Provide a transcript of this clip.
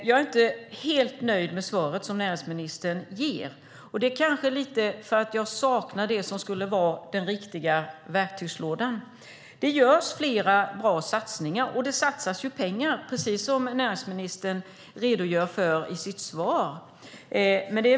Jag är inte helt nöjd med det svar näringsministern ger, och det kanske är lite för att jag saknar det som skulle vara den riktiga verktygslådan. Det görs flera bra satsningar, och precis som näringsministern redogör för i sitt svar satsas det pengar.